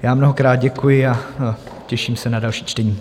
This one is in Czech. Já mnohokrát děkuji a těším se na další čtení.